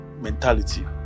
mentality